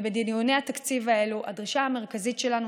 ובדיוני התקציב האלה הדרישה המרכזית שלנו